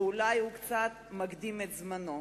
ואולי הוא קצת מקדים את זמנו,